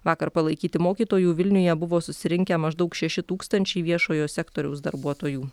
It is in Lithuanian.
vakar palaikyti mokytojų vilniuje buvo susirinkę maždaug šeši tūkstančiai viešojo sektoriaus darbuotojų